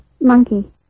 monkey